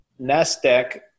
NASDAQ